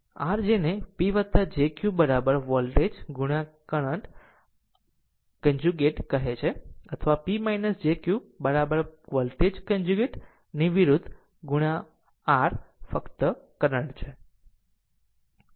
આ એક r જેને P jQ voltage current conjugate કહે છે અથવા P jQ વોલ્ટેજ કન્જુગેટ ની વિરુદ્ધ r ફક્ત કરંટ છે